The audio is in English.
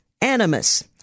animus